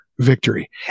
victory